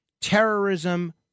terrorism